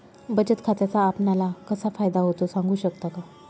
बचत खात्याचा आपणाला कसा फायदा होतो? सांगू शकता का?